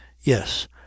yes